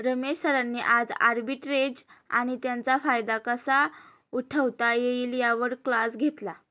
रमेश सरांनी आज आर्बिट्रेज आणि त्याचा फायदा कसा उठवता येईल यावर क्लास घेतला